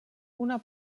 una